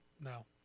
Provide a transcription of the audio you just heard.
No